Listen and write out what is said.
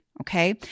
Okay